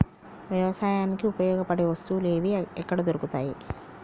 వ్యవసాయానికి ఉపయోగపడే వస్తువులు ఏవి ఎక్కడ దొరుకుతాయి?